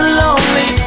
lonely